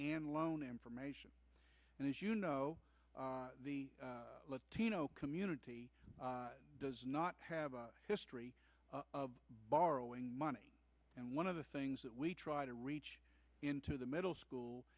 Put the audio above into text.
and loan information and as you know the latino community does not have a history of borrowing money and one of the things that we try to reach into the middle school